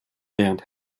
lernt